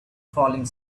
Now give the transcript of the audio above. falling